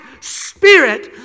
spirit